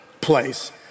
place